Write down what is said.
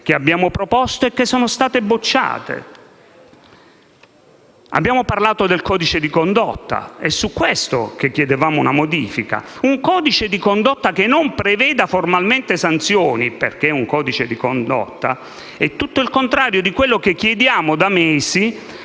che abbiamo proposto e che sono state bocciate. Abbiamo parlato del codice di condotta: è su questo che chiedevamo una modifica. Un codice di condotta che non preveda formalmente sanzioni, perché è un codice di condotta, è esattamente il contrario di quello che chiediamo da mesi,